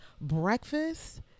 breakfast